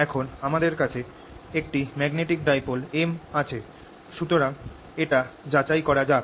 এখন আমাদের কাছে একটি ম্যাগনেটিক ডাইপোল m আছে সুতরাং এটা যাচাই করা যাক